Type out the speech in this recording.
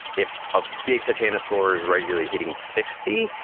if a big titanosaur is regularly hitting sixty,